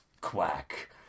quack